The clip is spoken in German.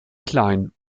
klein